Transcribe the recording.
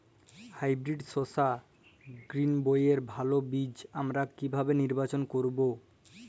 Hybrid শসা গ্রীনবইয়ের ভালো বীজ আমরা কিভাবে নির্বাচন করব?